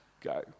go